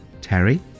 Terry